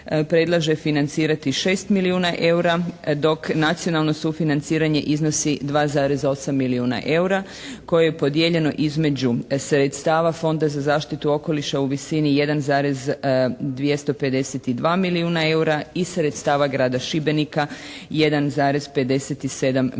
predlaže financirati 6 milijuna eura dok nacionalno sufinanciranje iznosi 2,8 milijuna eura koje je podijeljeno između sredstava Fonda za zaštitu okoliša u visini 1,252 milijuna eura i sredstava grada Šibenika 1,57 milijuna